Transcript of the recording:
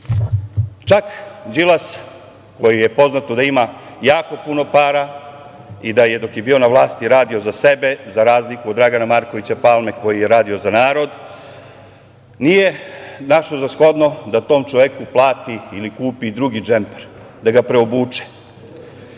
Čak Đilas, koji je poznato da ima jako puno para, i da je, dok je bio na vlasti, radio za sebe, za razliku do Dragana Markovića Palme, koji je radio za narod, nije našao za shodno da tom čoveku plati ili kupi drugi džemper da ga preobuče. Evo